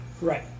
Right